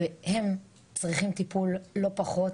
והם צריכים טיפול לא פחות.